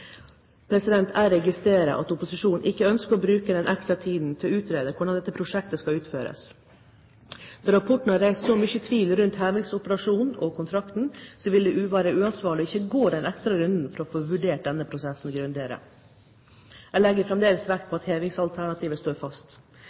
Jeg registrerer at opposisjonen ikke ønsker å bruke den ekstra tiden det tar å utrede hvordan prosjektet skal utføres. Rapporten har reist så mye tvil rundt hevingsoperasjonen og kontrakten at det vil være uansvarlig ikke å gå den ekstra runden, for å få vurdert denne prosessen grundigere. Jeg legger fremdeles vekt på at hevingsalternativet står fast.